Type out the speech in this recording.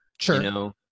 Sure